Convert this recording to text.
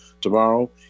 tomorrow